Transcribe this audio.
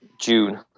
June